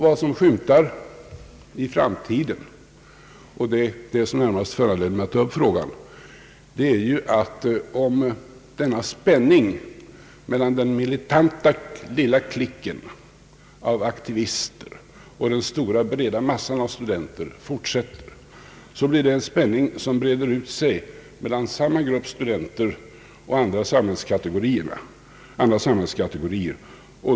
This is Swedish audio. Vad som skymtar i framtiden — det är det som närmast föranledde mig att ta upp denna fråga är att om denna spänning mellan den militanta lilla klicken av aktivister och den stora breda massan av studenter fortsätter, blir det en spänning som breder ut sig mellan samma grupp studenter och andra samhällskategorier.